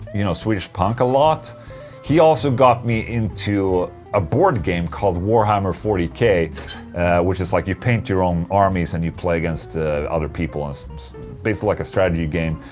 you know, swedish punk a lot he also got me into a board game called warhammer forty k which is like, you paint your own armies and you play against other people, ah basically like a strategy game.